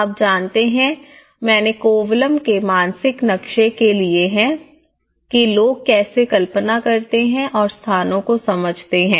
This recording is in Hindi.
आप जानते हैं मैंने कोवलम के मानसिक नक्शे लिए हैं कि लोग कैसे कल्पना करते हैं और स्थानों को समझते हैं